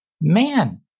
man